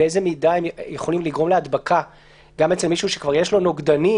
באיזו מידה הן יכולות לגרום להדבקה גם אצל מישהו שכבר יש לו נוגדנים